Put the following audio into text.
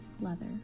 leather